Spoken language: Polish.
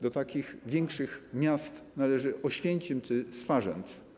Do takich większych miast należy Oświęcim czy Swarzędz.